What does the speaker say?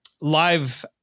live